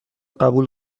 قبول